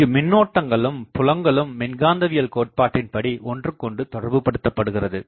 இங்கு மின்னோட்டங்களும் புலங்களும் மின்காந்தவியல் கோட்பாட்டின்படி ஒன்றுக்குக்கொன்று தொடர்புபடுத்தபடுகிறது